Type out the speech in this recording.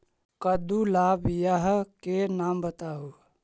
कददु ला बियाह के नाम बताहु?